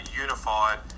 unified